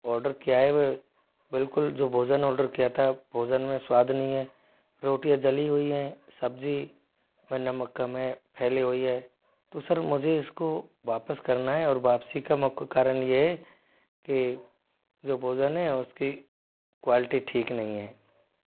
order किया है वे बिल्कुल जो भोजन ऑर्डर किया था भोजन में स्वाद नहीं है रोटियाँ जली हुईं हैं सब्जी में नमक कम है फैली हुई है तो सर मुझे इसको वापस करना है और वापसी का मुख्य कारण ये है कि जो भोजन है उसकी क्वालिटी ठीक नहीं हैं